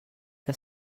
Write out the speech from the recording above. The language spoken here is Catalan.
que